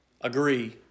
agree